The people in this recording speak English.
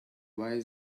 why